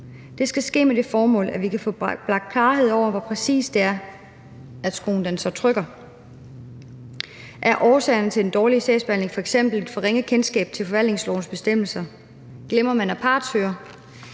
Det skal ske med det formål, at vi kan få bragt klarhed over, præcis hvor det er, skoen trykker. Er årsagen til den dårlige sagsbehandling f.eks. for ringe kendskab til forvaltningslovens bestemmelser? Glemmer man at partshøre?